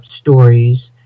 stories